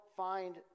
Find